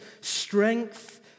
strength